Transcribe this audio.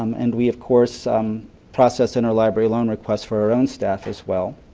um and we of course um process in our library loan request for our own staff as well.